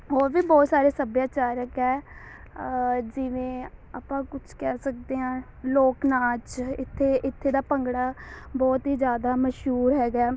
ਹੋਰ ਵੀ ਬਹੁਤ ਸਾਰੇ ਸੱਭਿਆਚਾਰਕ ਹੈ ਜਿਵੇਂ ਆਪਾਂ ਕੁਛ ਕਹਿ ਸਕਦੇ ਹਾਂ ਲੋਕ ਨਾਚ ਇੱਥੇ ਇੱਥੇ ਦਾ ਭੰਗੜਾ ਬਹੁਤ ਹੀ ਜ਼ਿਆਦਾ ਮਸ਼ਹੂਰ ਹੈਗਾ ਹੈ